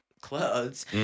clothes